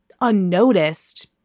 unnoticed